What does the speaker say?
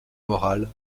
morale